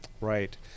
Right